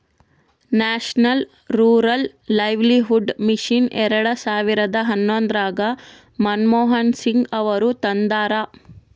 national rural livelihood mission ಎರೆಡ ಸಾವಿರದ ಹನ್ನೊಂದರಾಗ ಮನಮೋಹನ್ ಸಿಂಗ್ ಅವರು ತಂದಾರ